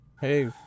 hey